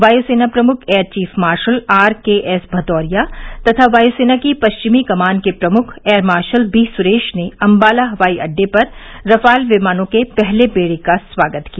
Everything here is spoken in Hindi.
वायुसेना प्रमुख air chief marshal R K S Bhadauria तथा वायुसेना की पश्चिमी कमान के प्रमुख एयर मार्शल बी सुरेश ने अंबाला हवाई अड्डे पर रफाल विमानों के पहले बेडे का स्वागत किया